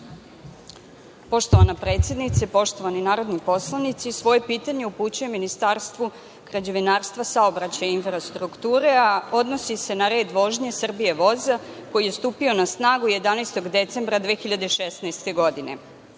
Poštovana predsednice, poštovani narodni poslanici, svoje pitanje upućujem Ministarstvu građevinarstva, saobraćaja i infrastrukture, a odnosi se na red vožnje „Srbija Voza“, koji je stupio na snagu 11. decembra 2016. godine. Novim